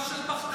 אין